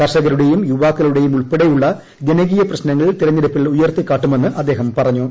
കർഷകരുട്ടേയും യുവാക്കളുടേയും ഉൾപ്പെടെയുള്ള ജനകീയ പ്രശ്നങ്ങൾ തിരഞ്ഞെടുപ്പിൽ ഉയർത്തിക്കാട്ടുമെന്ന് അദ്ദേഹം പറഞ്ഞു